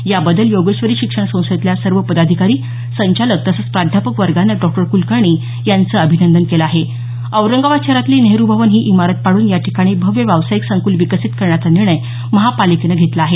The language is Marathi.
याबद्दल योगेश्वरी शिक्षण संस्थेतल्या सर्व पदाधिकारी संचालक तसंच प्राध्यापक वर्गानं डॉ कुलकर्णी यांचं अभिनंदन केलं आहे औरंगाबाद शहरातली नेहरू भवन ही इमारत पाडून याठिकाणी भव्य व्यावसायिक संकूल विकसित करण्याचा निर्णय महापालिकेनं घेतला आहे